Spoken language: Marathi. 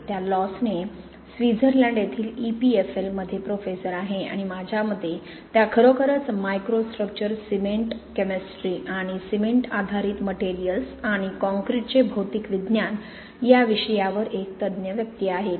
त्या लॉसने स्वित्झर्लंड येथील EPFL मध्ये प्रोफेसर आहे आणि माझ्या मते त्या खरोखरच मायक्रोस्ट्रक्चर सिमेंट केमिस्ट्री आणि सिमेंट आधारित मटेरिअल्स आणि काँक्रीटचे भौतिक विज्ञान या विषयावर एक तज्ञ व्यक्तीआहेत